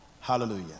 hallelujah